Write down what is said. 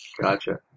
Gotcha